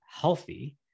healthy